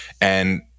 And-